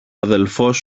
αδελφός